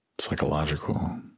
psychological